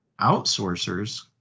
outsourcers